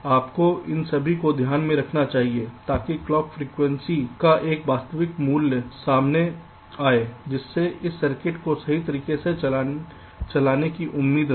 आपको उन सभी को ध्यान में रखना होगा ताकि क्लॉक फ्रिकवेंसी का एक वास्तविक मूल्य सामने आए जिससे इस सर्किट को सही तरीके से चलाने की उम्मीद रहे